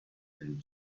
and